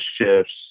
shifts